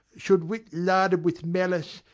should wit larded with malice,